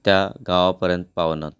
त्या गांवा पर्यंत पावना